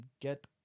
get